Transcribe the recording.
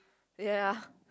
ya